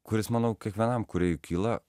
kuris manau kiekvienam kūrėjui kyla